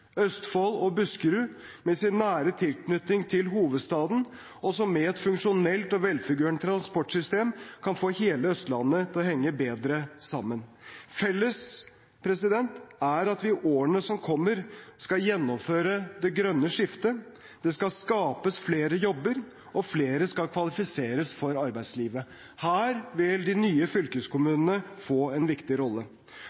Østfold og Buskerud, med sin nære tilknytning til hovedstaden, og som med et funksjonelt og velfungerende transportsystem kan få hele Østlandet til å henge bedre sammen. Det som er felles, er at vi i årene som kommer, skal gjennomføre det grønne skiftet. Det skal skapes flere jobber, og flere skal kvalifiseres for arbeidslivet. Her vil de nye